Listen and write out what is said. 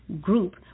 group